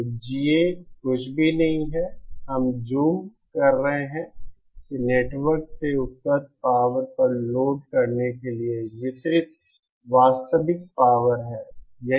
तो GA कुछ भी नहीं है हम ज़ूम कर रहे हैं कि नेटवर्क से उपलब्ध पावर पर लोड करने के लिए वितरित वास्तविक पावर है